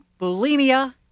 bulimia